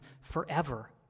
forever